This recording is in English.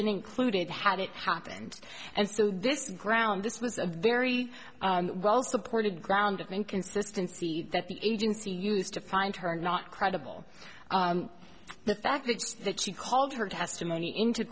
been included had it happened and so this ground this was a very well supported ground of inconsistency that the agency used to find her not credible the fact that she called her testimony into